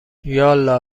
یالا